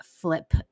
Flip